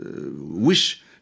wish